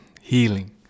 healing